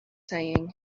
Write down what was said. saying